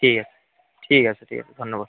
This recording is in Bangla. ঠিক আছে ঠিক আছে ঠিক আছে ধন্যবাদ